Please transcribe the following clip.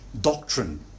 doctrine